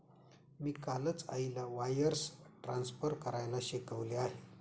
मी कालच आईला wires transfer करायला शिकवले आहे